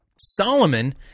Solomon